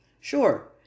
Sure